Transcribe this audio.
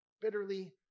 bitterly